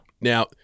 Now